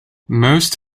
most